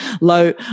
low